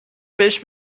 بهش